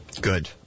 Good